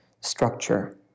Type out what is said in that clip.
structure